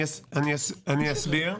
אסביר.